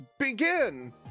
Begin